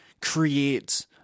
create